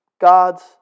God's